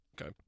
okay